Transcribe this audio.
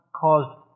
caused